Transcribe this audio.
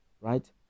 right